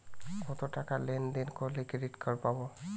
কতটাকা লেনদেন করলে ক্রেডিট কার্ড পাব?